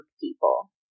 people